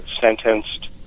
sentenced